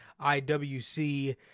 IWC